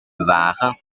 bewaren